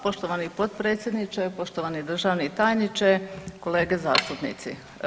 Poštovani potpredsjedniče, poštovani državni tajniče, kolege zastupnici.